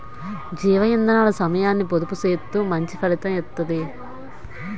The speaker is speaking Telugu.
జీవ ఇందనాలు సమయాన్ని పొదుపు సేత్తూ మంచి ఫలితం ఇత్తది